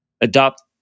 adopt